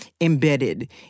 embedded